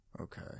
Okay